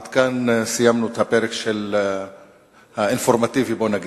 עד כאן, סיימנו את הפרק האינפורמטיבי, בוא נגיד.